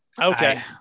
Okay